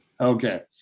okay